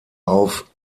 auf